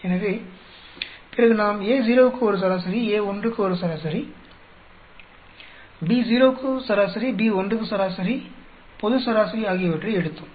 எனவே பிறகு நாம் Ao க்கு ஒரு சராசரி A1 க்கு சராசரி Bo க்கு சராசரி B1 க்கு சராசரி பொது சராசரி ஆகியவற்றை எடுத்தோம்